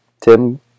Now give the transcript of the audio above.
Tim